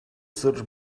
search